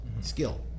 skill